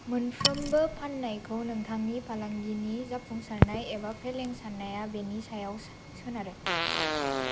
मोनफ्रोमबो फाननायखौ नोंथांनि फालांगिनि जाफुंसारनाय एबा फेलें साननाया बेनि सायाव सोनारो